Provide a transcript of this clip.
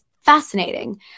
fascinating